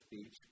speech